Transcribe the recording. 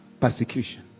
persecution